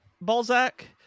Balzac